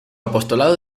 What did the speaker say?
apostolado